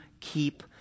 keep